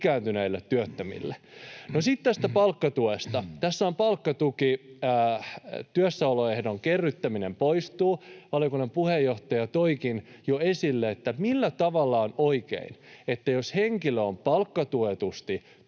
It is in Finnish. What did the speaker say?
ikääntyneille pitkäaikaistyöttömille. No sitten tästä palkkatuesta. Tässä työssäoloehdon kerryttäminen poistuu. Valiokunnan puheenjohtaja toikin jo esille sen, millä tavalla on oikein, jos henkilö on palkkatuetusti